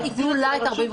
אז כן ייתנו לה את 45%. לא.